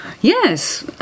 Yes